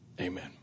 Amen